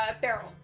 barrel